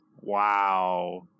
Wow